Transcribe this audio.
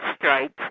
strike